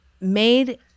made